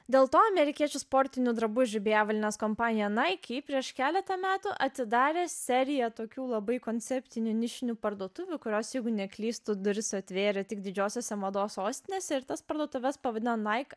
dėl to amerikiečių sportinių drabužių bei avalynės kompanija naik ji prieš keletą metų atidarė seriją tokių labai koncepcinių nišinių parduotuvių kurios jeigu neklystu duris atvėrė tik didžiosiose mados sostinėse ir tas parduotuves pavadino naik